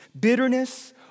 bitterness